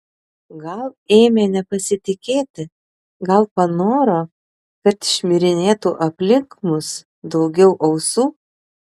gal ėmė nepasitikėti gal panoro kad šmirinėtų aplink mus daugiau ausų